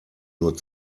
nur